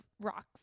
rocks